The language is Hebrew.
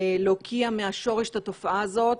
להוקיע מהשורש את התופעה הזאת.